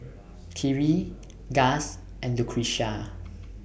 Khiry Gust and Lucretia